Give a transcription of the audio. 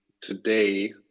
today